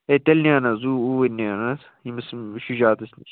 ہے تیٚلہِ نِن حظ اوٗرۍ نِن حظ ییٚمِس سجاتَس نِش